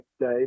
day